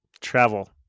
Travel